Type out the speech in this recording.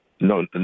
no